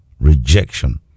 rejection